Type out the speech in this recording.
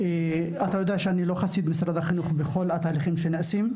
אתה יודע שאני לא חסיד של משרד החינוך בכל התהליכים שנעשים.